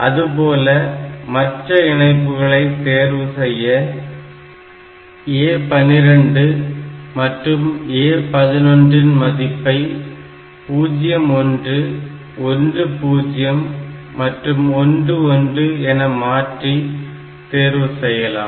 அதுபோல மற்ற இணைப்புகளை தேர்வு செய்ய A12 மற்றும் A11 இன் மதிப்பை 0 1 1 0 மற்றும் 1 1 என மாற்றி தேர்வு செய்யலாம்